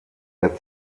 der